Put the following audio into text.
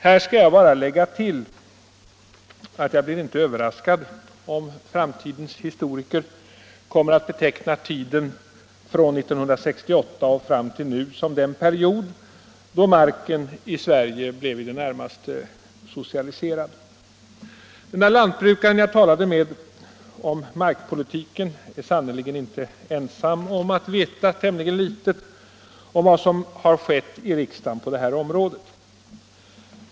Här skall jag bara tillägga att jag inte blir överraskad, om framtidens historiker kommer att beteckna tiden från 1968 och fram till nu såsom den period då marken i Sverige blev i det närmaste socialiserad. Den lantbrukare som jag talade med om markpolitiken är sannerligen inte ensam om att veta tämligen litet om vad som har skett i riksdagen på det här området.